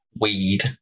weed